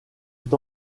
est